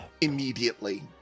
immediately